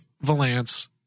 Valance